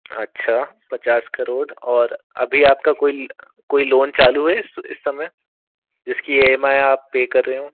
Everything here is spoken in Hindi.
अच्छा पचास करोड़ और अभी आपका कोई कोई लोन चालू है इस समय जिसकी ई एम आई आई आप पे कर रहे हों